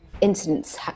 incidents